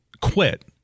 quit